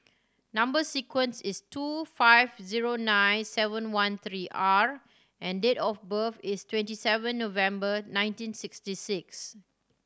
number sequence is two five zero nine seven one three R and date of birth is twenty seven November nineteen sixty six